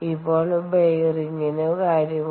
ഇപ്പോൾ ബെയറിംഗിന്റെ കാര്യമോ